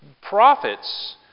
Prophets